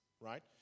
right